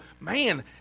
man